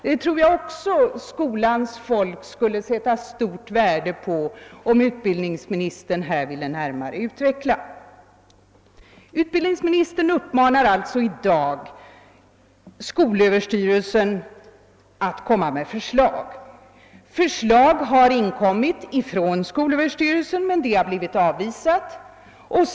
Jag tror att skolans folk skulle sätta stort värde på om utbildningsministern ville redogöra närmare även för detta. Utbildningsministern uppmanar alltså i dag skolöverstyrelsen att komma med förslag. Skolöverstyrelsen har lagt fram förslag, men det har blivit avvisat.